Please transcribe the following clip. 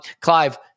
Clive